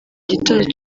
gitondo